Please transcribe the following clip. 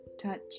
touch